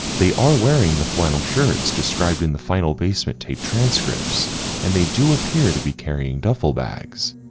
they are wearing the flannel shirts described in the final basement tape transcripts and they do appear to be carrying duffle bags.